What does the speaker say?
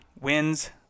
wins